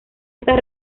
estas